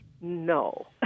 No